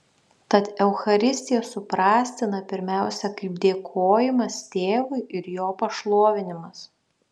tad eucharistija suprastina pirmiausia kaip dėkojimas tėvui ir jo pašlovinimas